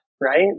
right